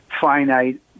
finite